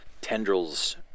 tendrils